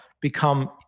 become